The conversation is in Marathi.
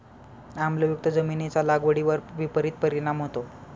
आम्लयुक्त जमिनीचा लागवडीवर विपरीत परिणाम होतो